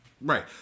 Right